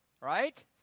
Right